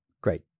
great